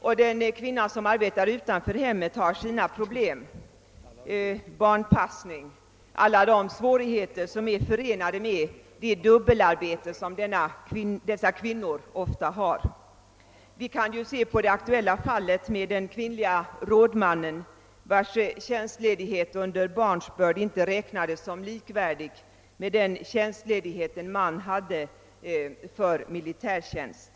Och den kvinna som arbetar utanför hemmet har sina: barnpassning och alla de svårigheter som är förenade med det dubbelarbete som dessa kvinnor ofta har. Jag kan hänvisa till det aktuella fallet med den kvinnliga rådmannen, vars tjänstledighet för barnsbörd inte räknades som likvärdig med den tjänstledighet en man har för militärtjänst.